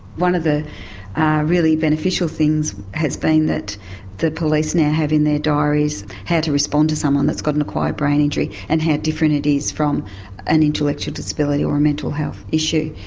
one of the really beneficial things has been that the police now have in their diaries how to respond to someone who's got an acquired brain injury and how different it is from an intellectual disability or a mental health issue.